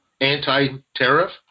anti-tariff